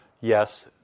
Yes